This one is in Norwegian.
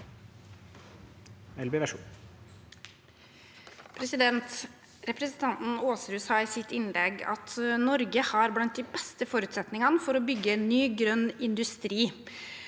Representanten Aasrud sa i sitt innlegg at Norge har blant de beste forutsetningene for å bygge ny grønn industri.